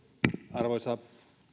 arvoisa